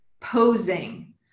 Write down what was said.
posing